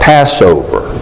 Passover